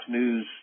News